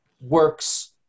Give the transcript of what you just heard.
works